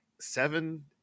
seven